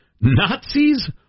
Nazis